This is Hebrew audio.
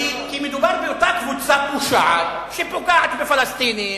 כי מדובר באותה קבוצה פושעת שפוגעת בפלסטינים,